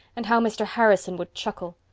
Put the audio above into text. and how mr. harrison would chuckle!